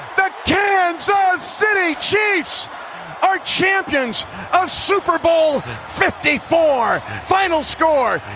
the kansas city chiefs are champions of super bowl fifty for final score.